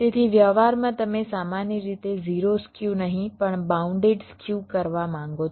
તેથી વ્યવહારમાં તમે સામાન્ય રીતે 0 સ્ક્યુ નહીં પણ બાઉન્ડેડ સ્ક્યુ કરવા માંગો છો